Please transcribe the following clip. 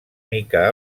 mica